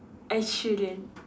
I shouldn't